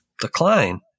Decline